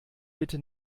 bitte